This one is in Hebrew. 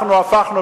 אנחנו הפכנו,